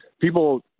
people